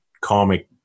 comic